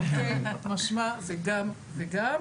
בתרתי משמע, זה גם וגם.